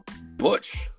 Butch